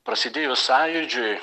prasidėjus sąjūdžiui